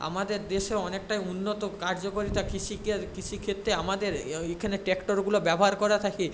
আমাদের দেশে অনেকটাই উন্নত কার্যকরিতা কৃষিকাজ কৃষিক্ষেত্রে আমাদের এখানে ট্র্যাক্টরগুলো ব্যবহার করা থাকে